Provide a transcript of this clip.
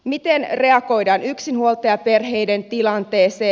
miten reagoidaan yksinhuoltajaperheiden tilanteeseen